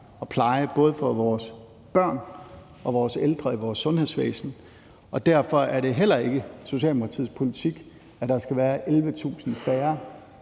og pleje både for vores børn og vores ældre og i vores sundhedsvæsen, og derfor er det heller ikke Socialdemokratiets politik, at der skal være 11.000 færre